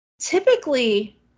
Typically